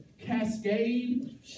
cascade